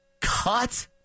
cut